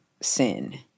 sin